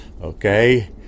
Okay